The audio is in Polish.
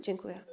Dziękuję.